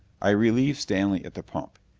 i relieved stanley at the pump.